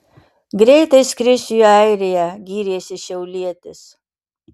greitai skrisiu į airiją gyrėsi šiaulietis